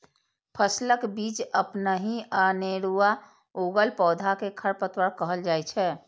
फसलक बीच अपनहि अनेरुआ उगल पौधा कें खरपतवार कहल जाइ छै